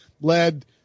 led